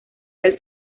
del